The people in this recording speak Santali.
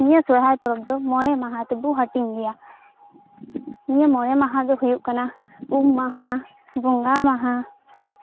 ᱱᱤᱭᱟᱹ ᱥᱚᱨᱦᱟᱭ ᱯᱚᱨᱚᱵᱽ ᱫᱚ ᱢᱚᱬᱮ ᱢᱟᱦᱟ ᱛᱮᱵᱚᱱ ᱦᱟᱹᱴᱤᱧ ᱜᱮᱭᱟ ᱱᱤᱭᱟᱹ ᱢᱚᱬᱮ ᱢᱟᱦᱟ ᱫᱚ ᱦᱩᱭᱩᱜ ᱠᱟᱱᱟ ᱩᱢ ᱢᱟᱦᱟ ᱵᱚᱸᱜᱟ ᱢᱟᱦᱟ